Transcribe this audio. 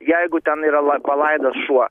jeigu ten yra la palaidas šuo